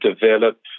develop